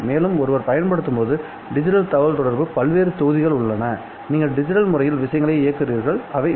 மேலும் ஒருவர் பயன்படுத்தும் போது டிஜிட்டல் தகவல்தொடர்பு பல்வேறு தொகுதிகள் உள்ளனநீங்கள் டிஜிட்டல் முறையில் விஷயங்களை இயக்குகிறீர்கள்அவை வி